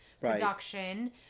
production